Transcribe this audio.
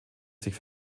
sich